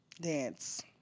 Dance